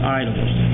idols